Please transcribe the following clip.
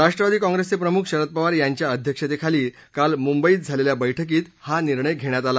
राष्ट्रवादी काँग्रेसचे प्रमुख शरद पवार यांच्या अध्यक्षतेखाली काल मुंबईत झालेल्या बैठकीत हा निर्णय घेण्यात आला